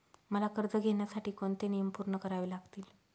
मला कर्ज घेण्यासाठी कोणते नियम पूर्ण करावे लागतील?